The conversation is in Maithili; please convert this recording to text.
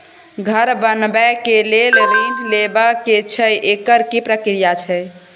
घर बनबै के लेल ऋण लेबा के छै एकर की प्रक्रिया छै?